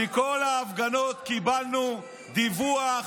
מכל ההפגנות קיבלנו דיווח